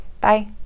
Bye